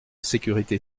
sécurité